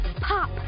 pop